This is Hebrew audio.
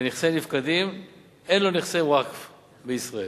לנכסי נפקדים, אין לו נכסי ווקף בישראל.